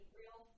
real